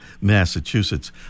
Massachusetts